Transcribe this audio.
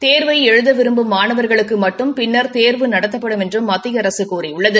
தேர்வினை எழுத விரும்பும் மாணவா்களுக்கு மட்டும் பின்னா் தேர்வு நடத்தப்படும் என்றும் மத்திய அரசு கூறியுள்ளது